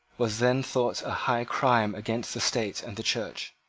was then thought a high crime against the state and the church.